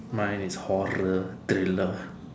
mine is horror thriller